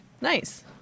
Nice